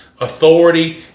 authority